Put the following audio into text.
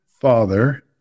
father